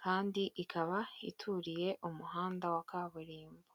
kandi ikaba ituriye umuhanda wa kaburimbo.